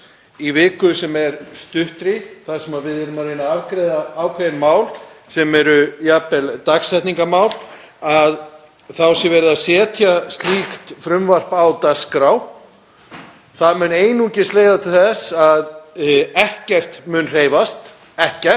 í viku sem er stutt, þar sem við erum að reyna að afgreiða ákveðin mál sem eru jafnvel dagsetningarmál, sé verið að setja slíkt frumvarp á dagskrá. Það mun einungis leiða til þess að ekkert hreyfist þar